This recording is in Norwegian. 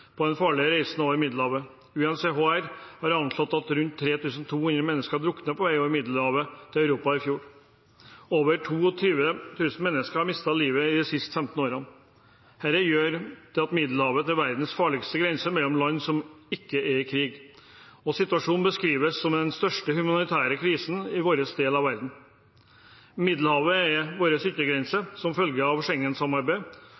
på den farlige reisen over Middelhavet. UNCHR har anslått at rundt 3 200 mennesker har druknet på vei over Middelhavet til Europa i fjor. Over 22 000 mennesker har mistet livet de siste 15 årene. Dette gjør at Middelhavet er verdens farligste grense mellom land som ikke er i krig. Situasjonen beskrives som den største humanitære krisen i vår del av verden. Middelhavet er vår yttergrense som følge av